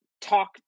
Talk